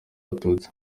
abatutsi